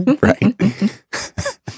Right